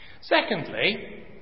Secondly